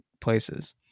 places